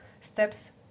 steps